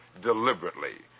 deliberately